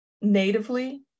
natively